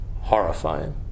horrifying